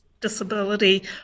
disability